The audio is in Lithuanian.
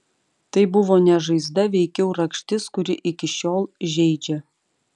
tai buvo ne žaizda veikiau rakštis kuri iki šiol žeidžia